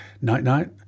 Night-night